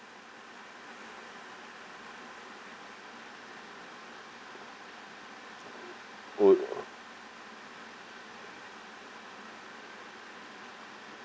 would